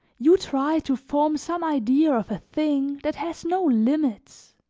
you try to form some idea of a thing that has no limits,